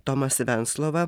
tomas venclova